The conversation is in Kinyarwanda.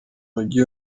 mugi